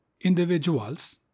individuals